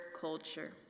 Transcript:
culture